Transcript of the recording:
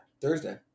Thursday